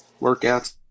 Workouts